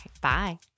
Bye